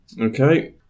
Okay